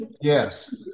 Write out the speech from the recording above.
Yes